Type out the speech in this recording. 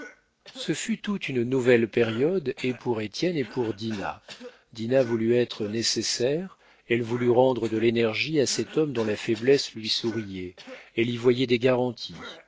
ce fut tout une nouvelle période et pour étienne et pour dinah dinah voulut être nécessaire elle voulut rendre de l'énergie à cet homme dont la faiblesse lui souriait elle y voyait des garanties